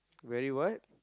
very what